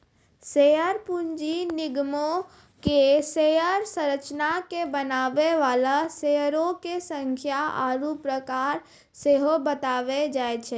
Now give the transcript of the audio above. share पूंजी निगमो के शेयर संरचना के बनाबै बाला शेयरो के संख्या आरु प्रकार सेहो बताबै छै